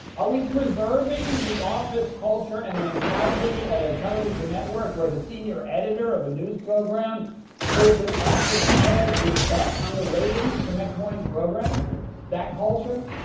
are we preserving the office culture and mentality at a television network where the senior editor of a news program holds an office poll to bet on the ratings for next morning's program that culture?